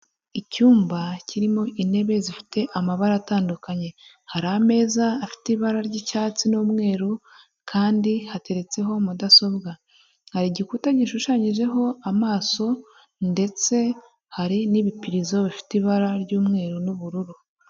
Icyumba kirimo intebe zifite amabara atandukanye, hari ameza afite ibara ry'icyatsi n'umweru, kandi hateretseho mudasobwa. Hari igikuta gishushanyijeho amaso, ndetse hari n'ibipirizo bifite ibara ry'umweru n'ubururu.